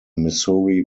missouri